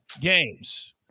games